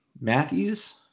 Matthews